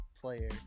player